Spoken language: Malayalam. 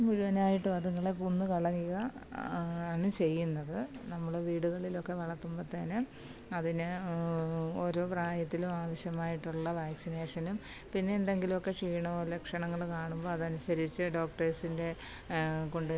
മുഴുവനായിട്ടും അതുങ്ങളെ കൊന്നു കളയുക ആണ് ചെയ്യുന്നത് നമ്മള് വീടുകളിലൊക്കെ വളർത്തുമ്പോഴത്തേനും അതിന് ഓരോ പ്രായത്തിലും ആവശ്യമായിട്ടുള്ള വാക്സിനേഷനും പിന്നെ എന്തെങ്കിലുമൊക്കെ ക്ഷീണമോ ലക്ഷണങ്ങളോ കാണുമ്പോള് അതനുസരിച്ച് ഡോക്ടേസിൻ്റെ കൊണ്ടുചെന്ന്